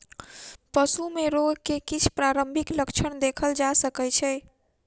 पशु में रोग के किछ प्रारंभिक लक्षण देखल जा सकै छै